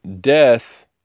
death